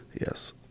yes